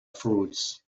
fruits